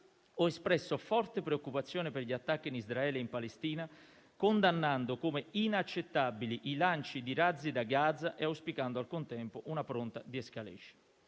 ho espresso forte preoccupazione per gli attacchi in Israele e in Palestina, condannando come inaccettabili i lanci di razzi da Gaza e auspicando, al contempo, una pronta de-escalation.